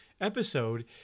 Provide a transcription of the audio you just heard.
episode